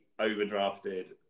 overdrafted